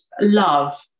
love